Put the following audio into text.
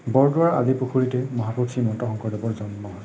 বৰদোৱাৰ আলি পুখুৰীতেই মহাপুৰুষ শ্ৰীমন্ত শংকৰদেৱৰ জন্ম হয়